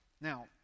Now